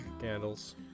candles